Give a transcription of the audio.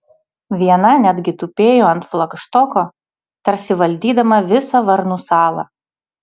viena netgi tupėjo ant flagštoko tarsi valdydama visą varnų salą